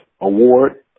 Award